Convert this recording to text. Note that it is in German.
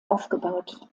aufgebaut